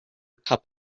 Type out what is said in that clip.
cup